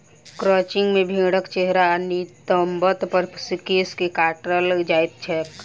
crutching मे भेंड़क चेहरा आ नितंब पर सॅ केश के काटल जाइत छैक